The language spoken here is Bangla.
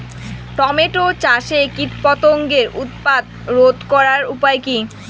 টমেটো চাষে কীটপতঙ্গের উৎপাত রোধ করার উপায় কী?